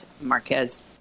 Marquez